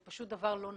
זה פשוט דבר לא נכון.